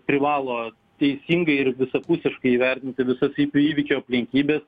privalo teisingai ir visapusiškai įvertinti visas įvykio aplinkybes